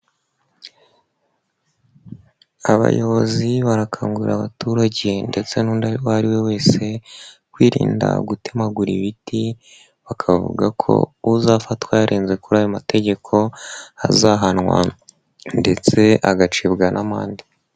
Abayobozi barakangurira abaturage ndetse n'undi uwo ari we wese, kwirinda gutemagura ibiti, bakavuga ko uzafatwa yarenze kuri ayo mategeko, azahanwa ndetse agacibwa n' amande.